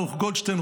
ברוך גולדשטיין,